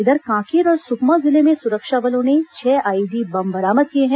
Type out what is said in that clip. इधर कांकेर और सुकमा जिले में सुरक्षा बलों ने छह आईईडी बम बरामद किए हैं